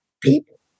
people